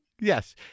Yes